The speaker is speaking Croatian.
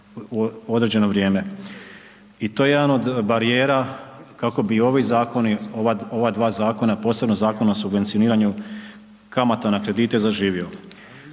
u određeno vrijeme i to je jedan od barijera kako bi i ovi zakoni, ova dva zakona, posebno Zakon o subvencioniranju kamata na kredite zaživio.